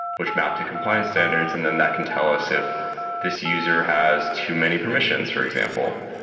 which map to compliance standards and then that can tell us if this user has too many permissions, for example.